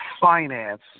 finance